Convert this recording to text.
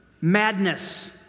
madness